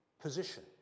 position